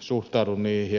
suhtaudun hieman epäilevästi